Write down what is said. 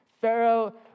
Pharaoh